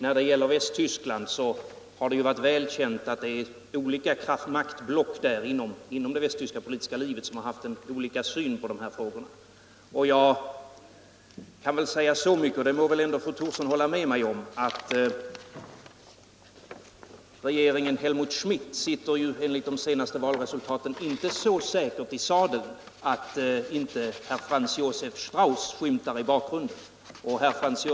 När det gäller Västtyskland har det varit väl känt att olika maktblock inom det västtyska politiska livet har haft olika syn på dessa frågor. Jag kan säga så mycket — och det må väl ändå fru Thorsson hålla med mig om -— att regeringen Helmut Schmidt enligt de senaste valresultaten inte sitter så säkert i sadeln, att inte Franz Josef Strauss skymtar i bakgrunden som en tänkbar efterträdare.